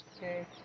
okay